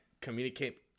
communicate